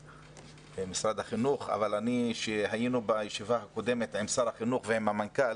משרד החינוך אבל בישיבה הקודמת עם שר החינוך ועם המנכ"ל